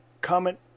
Comment